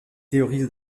théorie